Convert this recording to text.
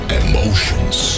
emotions